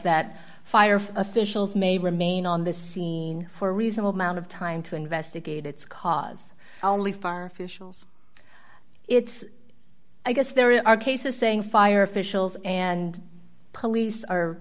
that fire officials may remain on the scene for a reasonable amount of time to investigate its cause only far officials it's i guess there are cases saying fire officials and police are